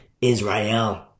Israel